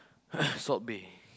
Salt-Bae